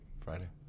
Friday